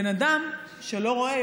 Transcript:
בן אדם שלא רואה,